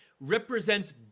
represents